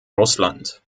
russland